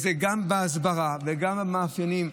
זה גם בהסברה וגם במאפיינים.